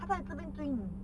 它在这边追你